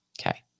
Okay